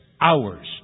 hours